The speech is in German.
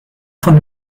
von